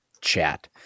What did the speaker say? chat